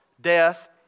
death